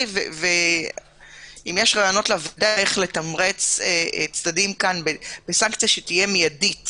אם יש רעיונות לוועדה איך לתמרץ צדדים בסנקציה שתהיה מיידית